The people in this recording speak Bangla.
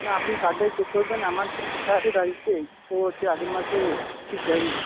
না আপনি কার্ডটায় চেক করবেন আমার তো লেখা আছে ডায়েরিতে ও হচ্ছে আগের মাসে ফিজ দেয়নি